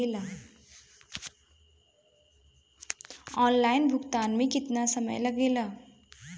Online भुगतान में केतना समय लागेला?